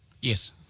Yes